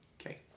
Okay